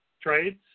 trades